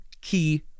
key